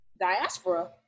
diaspora